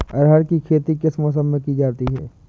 अरहर की खेती किस मौसम में की जाती है?